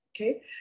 okay